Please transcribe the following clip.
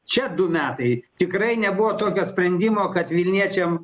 čia du metai tikrai nebuvo tokio sprendimo kad vilniečiam